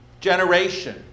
generation